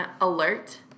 alert